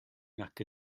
nac